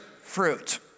fruit